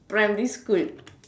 primary school